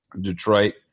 Detroit